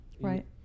Right